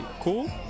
cool